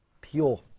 pure